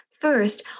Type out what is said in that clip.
First